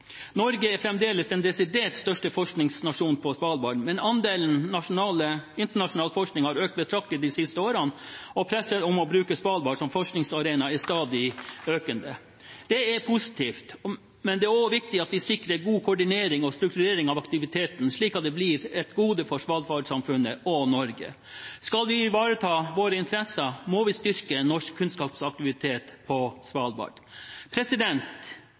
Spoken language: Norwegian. Norge er fremdeles den desidert største forskningsnasjonen på Svalbard, men andelen internasjonal forskning har økt betraktelig de siste årene, og presset for å bruke Svalbard som forskningsarena er stadig økende. Det er positivt, men det er også viktig at vi sikrer god koordinering og strukturering av aktiviteten, slik at det blir et gode for svalbardsamfunnet og for Norge. Skal vi ivareta våre interesser, må vi styrke norsk kunnskapsaktivitet på Svalbard.